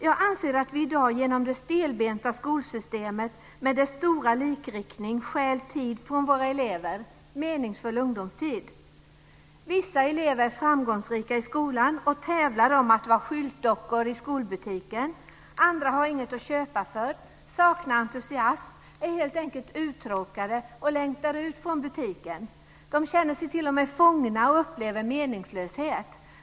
Jag anser att vi i dag genom det stelbenta skolsystemet med dess stora likriktning stjäl tid från våra elever, meningsfull ungdomstid. Vissa elever är framgångsrika i skolan och tävlar om att vara skyltdockor i skolbutiken. Andra har inget att köpa för, saknar entusiasm, är helt enkelt uttråkade och längtar ut från butiken. De känner sig t.o.m. fångna och upplever meningslöshet.